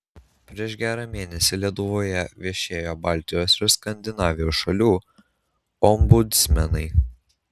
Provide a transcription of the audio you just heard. prieš gerą mėnesį lietuvoje viešėjo baltijos ir skandinavijos šalių ombudsmenai